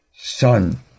Son